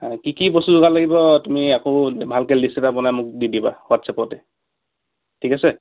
হয় কি কি বস্তু যোগাৰ লাগিব তুমি আকৌ ভালকৈ লিষ্ট এটা বনাই মোক দি দিবা হোৱাটচএপতে ঠিক আছে